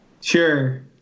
Sure